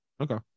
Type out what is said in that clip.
Okay